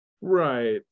right